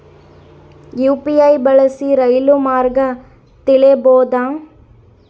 UPI ಬಳಸಿ ರೈಲು ಮಾರ್ಗ ತಿಳೇಬೋದ?